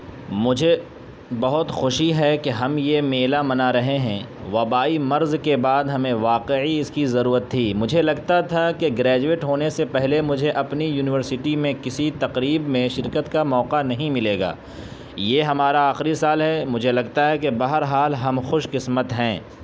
مجھے بہت خوشی ہے کہ ہم یہ میلہ منا رہے ہیں وبائی مرض کے بعد ہمیں واقعی اس کی ضرورت تھی مجھے لگتا تھا کہ گریجویٹ ہونے سے پہلے مجھے اپنی یونیورسٹی میں کسی تقریب میں شرکت کا موقع نہیں ملے گا یہ ہمارا آخری سال ہے مجھے لگتا ہے کہ بہر حال ہم خوش قسمت ہیں